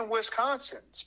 Wisconsin